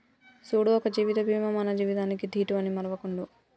సూడు ఒక జీవిత బీమా మన జీవితానికీ దీటు అని మరువకుండు